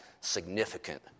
significant